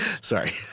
sorry